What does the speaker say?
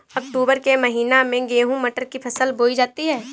अक्टूबर के महीना में गेहूँ मटर की फसल बोई जाती है